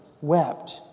wept